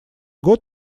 год